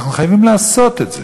אנחנו חייבים לעשות את זה.